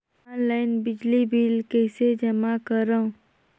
Online बिजली bill कइसे जमा करव?